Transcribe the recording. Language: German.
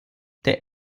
der